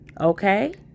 okay